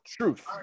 truth